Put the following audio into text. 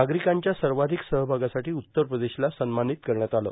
नागरिकांच्या सर्वाधिक सहभागासाठी उत्तर प्रदेशला सन्मानित करण्यात आलं